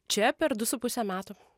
čia per du su puse metų